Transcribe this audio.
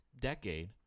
decade